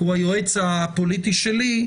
כי הוא היועץ הפוליטי שלי,